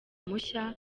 mushya